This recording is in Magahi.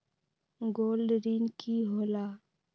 गोल्ड ऋण की होला?